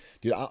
Dude